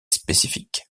spécifiques